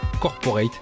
Corporate